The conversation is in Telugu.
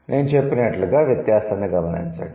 నేను చెప్పినట్లుగా వ్యత్యాసాన్ని గమనించండి